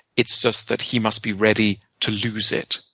it's just that he must be ready to lose it.